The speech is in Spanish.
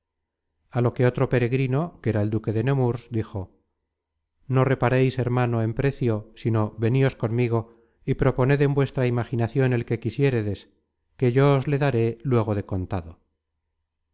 a lo que otro peregrino que era el duque de nemurs dijo no repareis hermano en precio sino veníos conmigo y proponed en vuestra imaginacion el que quisiéredes que yo os le daré luego de contado